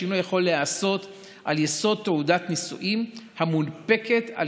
השינוי יכול להיעשות על יסוד תעודת נישואין המונפקת על